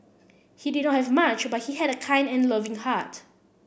he did not have much but he had a kind and loving heart